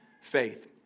faith